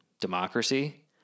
democracy